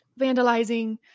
vandalizing